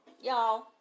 y'all